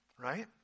right